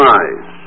eyes